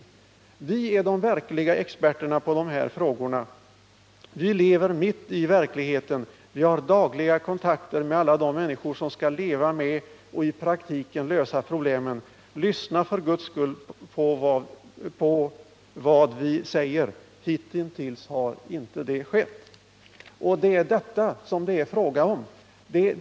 Vi är dom verkliga experterna på dom här frågorna. Vi lever mitt i den verkligheten. Vi har dagliga kontakter med alla dom människor som skall leva med och i praktiken lösa problemen. Lyssna för guds skull på vad vi säger! Hitintills har det inte skett!” Det är detta som det är fråga om.